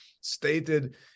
stated